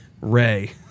Ray